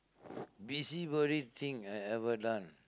busybody thing I ever done